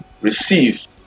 receive